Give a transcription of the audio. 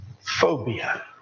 Phobia